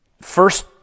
First